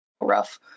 rough